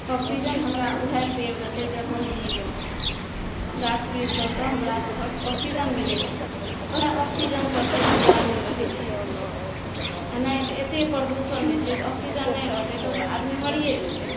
oxygen हमरा ऊहे पेड़ देतै जे हम जीबै गाछ बृक्ष सभसँ हमरा सभके ऑक्सीजन मिलै छै तऽ वएह ऑक्सीजन पर तऽ जिन्दा लोग रहै छै एनाहिते एतेक प्रदूषण होइ छै जे ऑक्सीजन नहि रहतै तब तऽ आदमी मरिए जेतै